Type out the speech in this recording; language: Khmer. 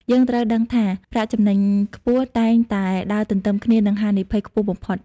យើងត្រូវដឹងថា ប្រាក់ចំណេញខ្ពស់ តែងតែដើរទន្ទឹមគ្នានឹងហានិភ័យខ្ពស់បំផុត។